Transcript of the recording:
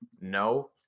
No